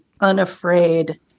unafraid